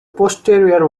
posterior